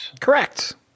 Correct